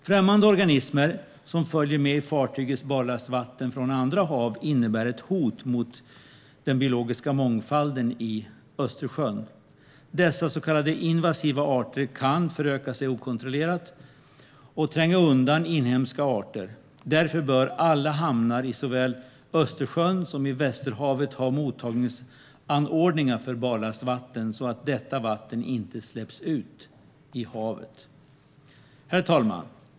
Främmande organismer som följer med i fartygens barlastvatten från andra hav innebär ett hot mot den biologiska mångfalden i Östersjön. Dessa så kallade invasiva arter kan föröka sig okontrollerat och tränga undan inhemska arter. Därför bör alla hamnar såväl i Östersjön som i Västerhavet ha mottagningsanordningar för barlastvatten så att detta vatten inte släpps ut i havet. Herr talman!